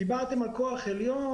דיברתם על כוח עליון,